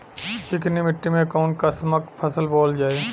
चिकनी मिट्टी में कऊन कसमक फसल बोवल जाई?